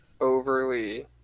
overly